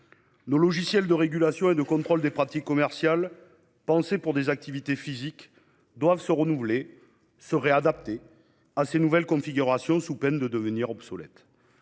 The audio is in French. Nos logiciels de régulation et de contrôle des pratiques commerciales, pensés pour les activités physiques, doivent évoluer et s'adapter à ces nouvelles configurations, sous peine de devenir obsolètes.